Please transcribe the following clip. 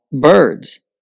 birds